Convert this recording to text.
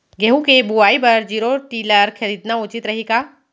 गेहूँ के बुवाई बर जीरो टिलर खरीदना उचित रही का?